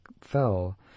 fell